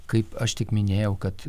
kaip aš tik minėjau kad